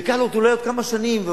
וייקח לו אולי עוד כמה שנים,